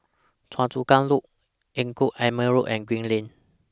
Choa Chu Kang Loop Engku Aman Road and Green Lane